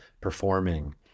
performing